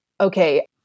okay